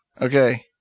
Okay